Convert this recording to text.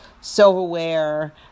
silverware